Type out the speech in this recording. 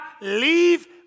leave